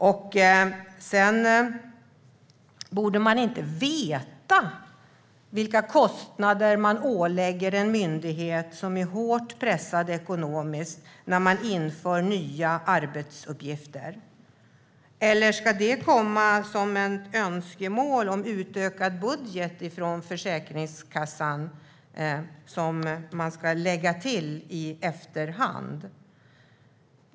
Och borde man inte veta vilka kostnader man ålägger en myndighet som är hårt pressad ekonomiskt när man inför nya arbetsuppgifter? Eller ska det komma som ett önskemål om utökad budget från Försäkringskassan som ska läggas till i efterhand?